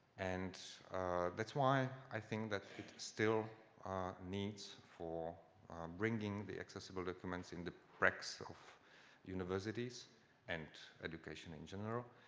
and that's why i think that it still needs for bringing the accessible documents in the praxis of universities and education in general.